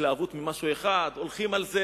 התלהבות ממשהו אחד, הולכים על זה.